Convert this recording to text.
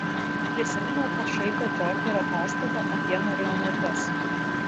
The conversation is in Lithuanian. prisiminiau pašaipią džokerio pastabą apie marionetes